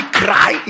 cry